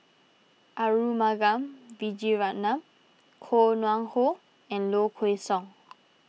Arumugam Vijiaratnam Koh Nguang How and Low Kway Song